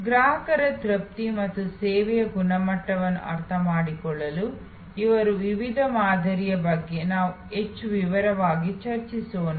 l ಗ್ರಾಹಕರ ತೃಪ್ತಿ ಮತ್ತು ಸೇವೆಯ ಗುಣಮಟ್ಟವನ್ನು ಅರ್ಥಮಾಡಿಕೊಳ್ಳಲು ಇರುವ ವಿವಿಧ ಮಾದರಿಗಳ ಬಗ್ಗೆ ನಾವು ಹೆಚ್ಚು ವಿವರವಾಗಿ ಚರ್ಚಿಸೋಣ